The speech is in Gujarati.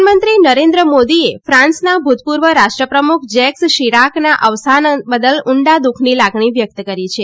પ્રધાનમંત્રી નરેન્દ્ર મોદીએ ફાન્સના ભૂતપૂર્વ રાષ્ટ્રપ્રમુખ જેક્સ શીરાકના અવસાન બદલ ઊંડા દુઃખની લાગણી વ્યક્ત કરી છે